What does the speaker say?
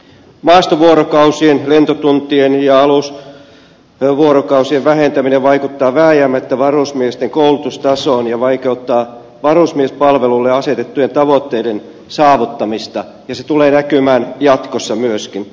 maastovuorokausien lentotuntien ja alusvuorokausien vähentäminen vaikuttaa vääjäämättä varusmiesten koulutustasoon ja vaikeuttaa varusmiespalvelulle asetettujen tavoitteiden saavuttamista ja se tulee näkymään jatkossa myöskin